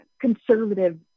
conservative